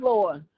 Lord